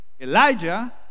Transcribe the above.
Elijah